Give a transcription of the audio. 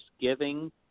giving